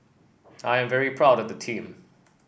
I'm very proud of the team